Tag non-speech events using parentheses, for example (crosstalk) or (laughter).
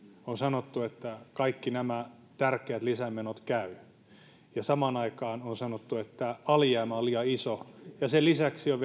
on sanottu että kaikki nämä tärkeät lisämenot käyvät ja samaan aikaan on sanottu että alijäämä on liian iso ja sen lisäksi on (unintelligible)